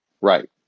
Right